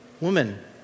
woman